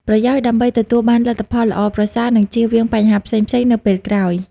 ប្រយោជន៍ដើម្បីទទួលបានលទ្ធផលល្អប្រសើរ និងជៀសវាងបញ្ហាផ្សេងៗនៅពេលក្រោយ។